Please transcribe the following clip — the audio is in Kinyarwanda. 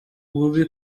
bubi